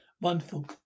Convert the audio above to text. Wonderful